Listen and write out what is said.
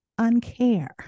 uncare